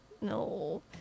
No